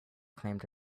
claimed